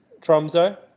tromso